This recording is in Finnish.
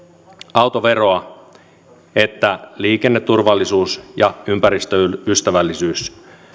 autoveroa niin että liikenneturvallisuus ja ympäristöystävällisyys